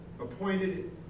appointed